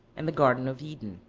and the garden of eden.